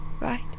right